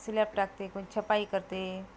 slab टाकते कोणी छपाई करते